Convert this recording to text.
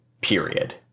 period